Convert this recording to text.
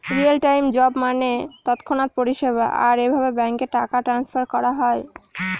real time job মানে তৎক্ষণাৎ পরিষেবা, আর এভাবে ব্যাঙ্কে টাকা ট্রান্সফার করা হয়